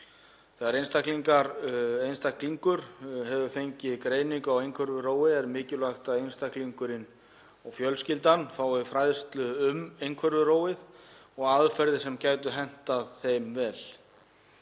Þegar einstaklingur hefur fengið greiningu á einhverfurófi er mikilvægt að einstaklingur og fjölskylda fái fræðslu um einhverfurófið og aðferðir sem gætu hentað þeim vel.